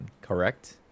correct